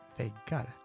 väggar